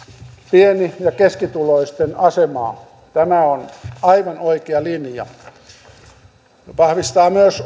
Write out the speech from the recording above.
pieni ja keskituloisten asemaa tämä on aivan oikea linja ja vahvistaa myös